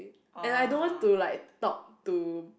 and I don't want to like talk to